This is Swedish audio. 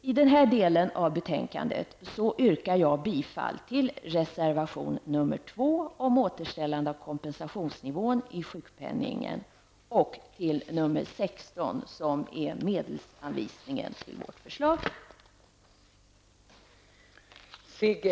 I den här delen av betänkandet yrkar jag bifall till reservation 2 om återställande av kompensationsnivån inom sjukpenningsförsäkringen och till reservation 16 om medelsanvisningen till vårt förslag om sjukförsäkringen.